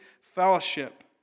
fellowship